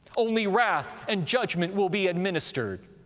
only wrath and judgment will be administered.